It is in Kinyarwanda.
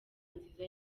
nziza